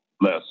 less